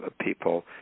people